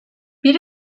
bir